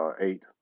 eight